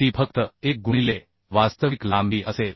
ती फक्त 1 गुणिले वास्तविक लांबी असेल